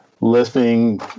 listening